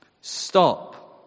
Stop